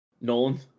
Nolan